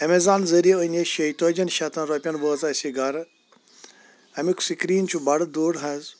ایٚمازان ذٕریعہِ أنۍ اسہِ شیٚیہِ تٲجیَن شٮ۪تَن روٚپیَن وٲژ اسہِ گَرٕ اَمیُک سِکریٖن چھُ بَڈٕ دوٚر حظ